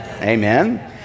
Amen